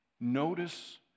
Notice